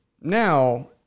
Now